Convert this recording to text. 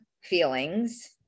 feelings